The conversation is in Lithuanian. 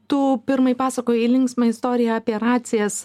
tu pirmai pasakojai linksmą istoriją apie racija